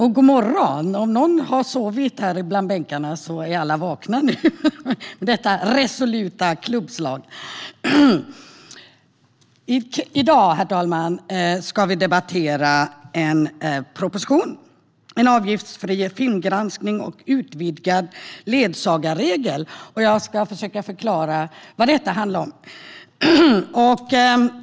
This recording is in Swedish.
Herr talman! I dag ska vi debattera propositionen En avgiftsfri filmgranskning och utvidgad ledsagarregel . Jag ska försöka förklara vad detta handlar om.